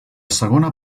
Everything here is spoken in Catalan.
segona